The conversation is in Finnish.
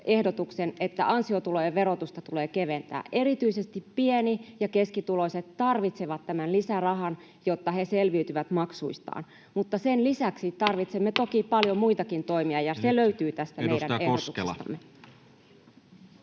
että ansiotulojen verotusta tulee keventää. Erityisesti pieni‑ ja keskituloiset tarvitsevat tämän lisärahan, jotta he selviytyvät maksuistaan, mutta sen lisäksi tarvitsemme toki paljon muitakin toimia, ja se kaikki löytyy tästä meidän ehdotuksestamme.